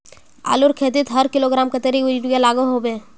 आलूर खेतीत हर किलोग्राम कतेरी यूरिया लागोहो होबे?